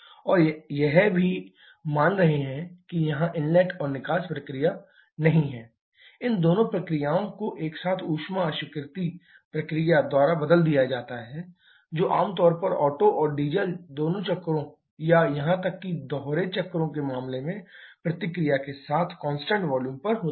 और हम यह भी मान रहे हैं कि यहां इनलेट और निकास प्रक्रिया नहीं है इन दोनों प्रक्रियाओं को एक साथ ऊष्मा अस्वीकृति प्रक्रिया द्वारा बदल दिया जाता है जो आमतौर पर ओटो और डीजल दोनों चक्रों या यहां तक कि दोहरे चक्रों के मामले में प्रतिक्रिया के साथ कांस्टेंट वॉल्यूम पर होती है